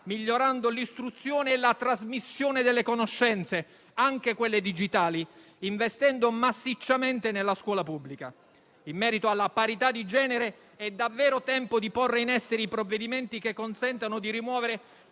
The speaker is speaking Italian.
migliorando l'istruzione e la trasmissione delle conoscenze, anche digitali, investendo massicciamente nella scuola pubblica. In merito alla parità di genere, è davvero tempo di porre in essere i provvedimenti che consentano di rimuovere